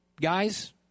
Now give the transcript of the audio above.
guys